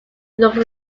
looked